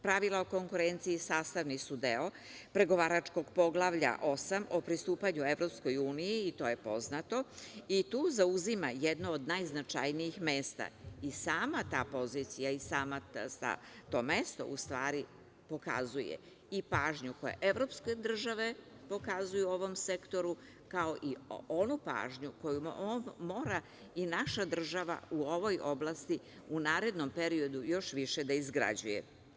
Pravila o konkurenciji sastavni su deo pregovaračkog Poglavlja 8 o pristupanju EU i to je poznato i tu zauzima jedno od najznačajnijih mesta i sama ta pozicija i samo to mesto pokazuje pažnju koju EU pokazuju ovom sektoru, kao i onu pažnju koju mora naša država u ovoj oblasti u narednom periodu još više da izgrađuje.